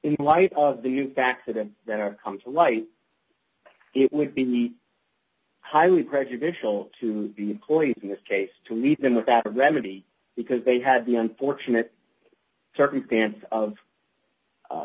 in light of the youth accident that have come to light it would be highly prejudicial to be employees in this case to leave them without a remedy because they had the unfortunate circumstance of